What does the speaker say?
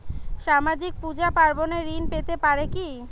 সামাজিক পূজা পার্বণে ঋণ পেতে পারে কি?